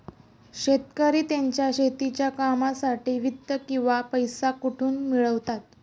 शेतकरी त्यांच्या शेतीच्या कामांसाठी वित्त किंवा पैसा कुठून मिळवतात?